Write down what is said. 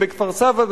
ובכפר-סבא,